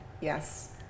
Yes